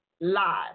live